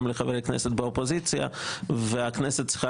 גם לחברי כנסת באופוזיציה והכנסת צריכה